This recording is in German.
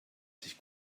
sich